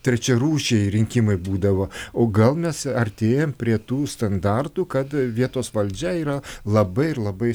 trečiarūšiai rinkimai būdavo o gal mes artėjam prie tų standartų kad vietos valdžia yra labai ir labai